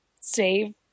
save